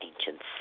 ancients